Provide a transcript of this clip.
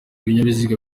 ibinyabiziga